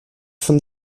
von